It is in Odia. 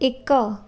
ଏକ